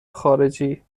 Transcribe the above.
خارجی